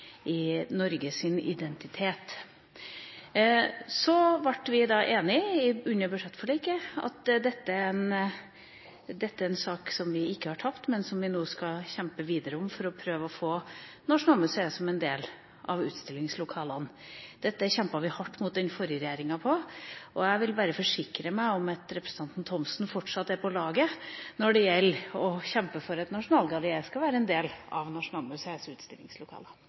av Norge som nasjon, det er et viktig bygg i Norges identitet. Vi ble enige under budsjettforliket om at dette er en sak som vi ikke har tapt, men som vi nå skal kjempe videre for, for å prøve å få det gamle Nasjonalmuseet som en del av utstillingslokalene. Dette kjempet vi hardt for mot den forrige regjeringa, og jeg vil bare forsikre meg om at representanten Thomsen fortsatt er på laget når det gjelder å kjempe for at Nasjonalgalleriet skal være en del av Nasjonalmuseets utstillingslokaler.